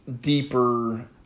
deeper